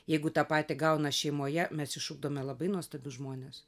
jeigu tą patį gauna šeimoje mes išugdome labai nuostabius žmones